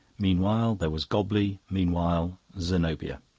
meanwhile there was gobley, meanwhile zenobia.